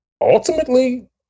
ultimately